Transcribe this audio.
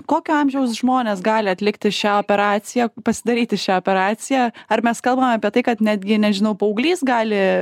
kokio amžiaus žmonės gali atlikti šią operaciją pasidaryti šią operaciją ar mes kalbame apie tai kad netgi nežinau paauglys gali